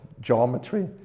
geometry